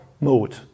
mode